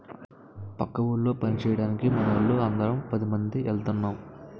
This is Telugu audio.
పక్క ఊళ్ళో పంచేయడానికి మావోళ్ళు అందరం పదిమంది ఎల్తన్నం